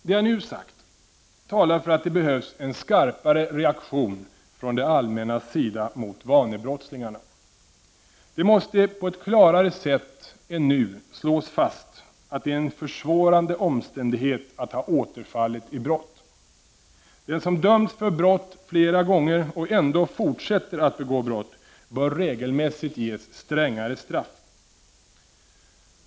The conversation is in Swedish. Det jag nu sagt talar för att det behövs en skarpare reaktion från det allmännas sida mot vanebrottslingarna. Det måste på ett klarare sätt än nu slås fast att det är en försvårande omständighet att ha återfallit i brott. Den som har dömts för brott flera gånger och ändå fortsätter att begå brott bör regelmässigt ges strängare straff.